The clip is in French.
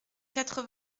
quatre